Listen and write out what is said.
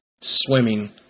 swimming